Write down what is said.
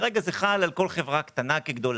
כרגע זה חל על כל חברה קטנה כגדולה.